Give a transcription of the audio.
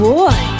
boy